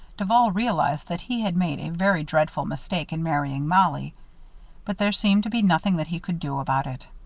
duval realized that he had made a very dreadful mistake in marrying mollie but there seemed to be nothing that he could do about it.